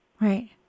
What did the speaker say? right